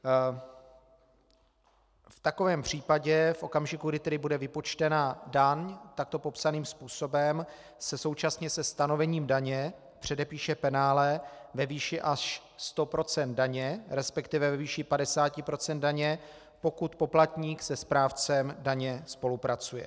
V takovém případě v okamžiku, kdy tedy bude vypočtena daň takto popsaným způsobem, se současně se stanovením daně předepíše penále ve výši až 100 % daně, resp. ve výši 50 % daně, pokud poplatník se správcem daně spolupracuje.